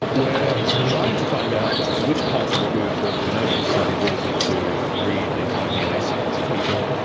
we're trying to find out which parts of what we would call genomics, so the ability to read the entire dna sequence of people,